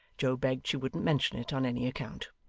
joe begged she wouldn't mention it on any account.